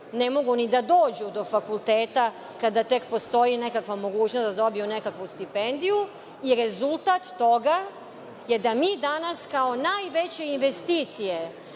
ne mogu ni da dođu do fakulteta kada tek postoji nekakva mogućnost da dobiju neku stipendiju. I, rezultat toga je da mi danas kao najveće investicije